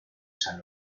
san